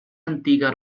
antiga